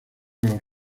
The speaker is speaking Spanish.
los